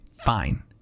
fine